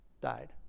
died